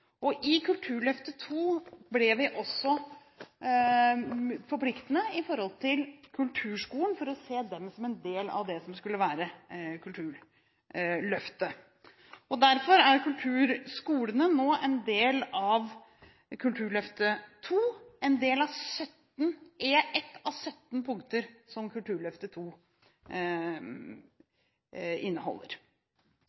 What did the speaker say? lagde vi Kulturløftet II. I Kulturløftet II ble vi også forpliktende i forhold til kulturskolen, for å se den som en del av det som skulle være Kulturløftet. Derfor er kulturskolene nå en del av Kulturløftet II – ett av 17 punkter som Kulturløftet